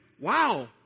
wow